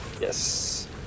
Yes